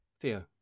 Theo